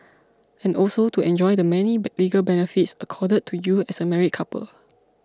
and also to enjoy the many legal benefits accorded to you as a married couple